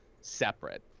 separate